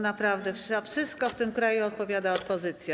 No naprawdę, za wszystko w tym kraju odpowiada opozycja.